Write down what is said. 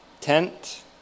tent